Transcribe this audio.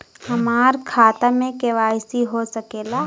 हमार खाता में के.वाइ.सी हो सकेला?